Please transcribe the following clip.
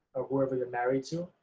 or whoever you're married to.